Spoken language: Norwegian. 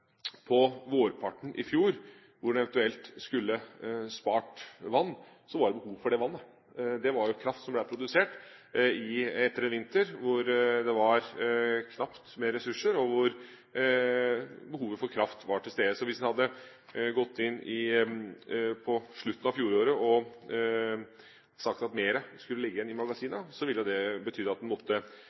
på vårparten i fjor, hvor en eventuelt skulle spart vann, at det var behov for det vannet. Det var kraft som ble produsert etter en vinter hvor det var knapt med ressurser, og hvor behovet for kraft var til stede. Hvis man hadde gått inn på slutten av fjoråret og sagt at mer skulle ligge igjen i magasinene, så ville det betydd at en da måtte